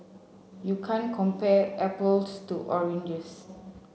you can't compare apples to oranges